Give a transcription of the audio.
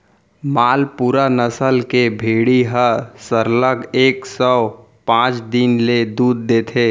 मालपुरा नसल के भेड़ी ह सरलग एक सौ पॉंच दिन ले दूद देथे